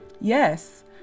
Yes